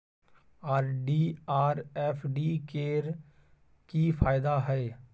RD आर FD के की फायदा हय?